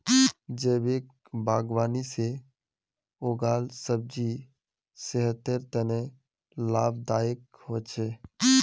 जैविक बागवानी से उगाल सब्जी सेहतेर तने लाभदायक हो छेक